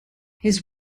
his